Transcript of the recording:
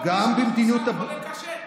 מי שמחוסן